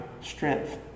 strength